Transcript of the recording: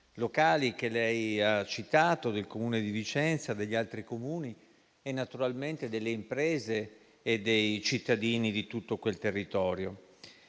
locali, che lei ha citato, del Comune di Vicenza, degli altri Comuni e naturalmente delle imprese e dei cittadini di tutto quel territorio.